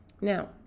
now